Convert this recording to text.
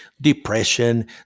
depression